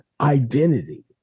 identity